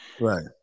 Right